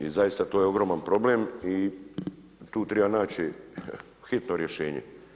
I zaista to je ogroman problem i tu treba naći hitno rješenje.